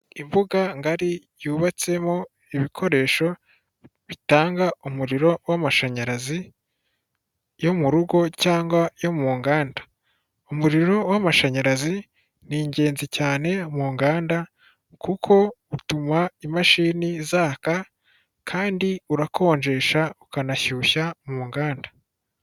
Imbuga ngari yubatsemo ibikoresho bitanga umuriro w'amashanyarazi yo mu rugo cyangwa yo mu nganda. Umuriro w'amashanyarazi ni ingenzi cyane mu nganda, kuko utuma imashini zaka kandi urakonjesha ukanashyushya mu nganda.